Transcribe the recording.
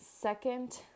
second